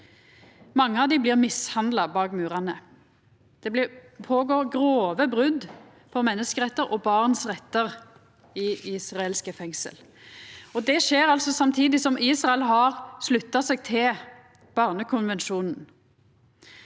Mange av dei blir mishandla bak murane. Det skjer grove brot på menneskerettar og rettane til barn i israelske fengsel. Det skjer altså samtidig som Israel har slutta seg til Barnekonvensjonen.